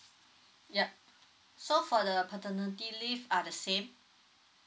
yup so for the paternity leave are the same